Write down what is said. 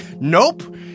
nope